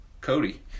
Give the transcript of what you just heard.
Cody